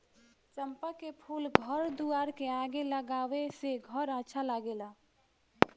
चंपा के फूल घर दुआर के आगे लगावे से घर अच्छा लागेला